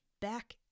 back